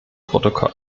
protokoll